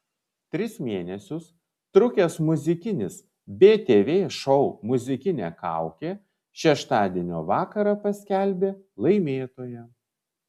tris mėnesius trukęs muzikinis btv šou muzikinė kaukė šeštadienio vakarą paskelbė laimėtoją